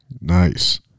Nice